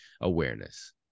awareness